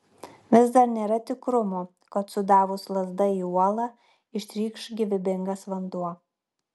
vis dar nėra tikrumo kad sudavus lazda į uolą ištrykš gyvybingas vanduo